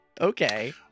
Okay